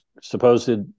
supposed